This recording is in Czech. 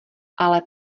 ale